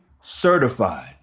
certified